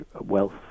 wealth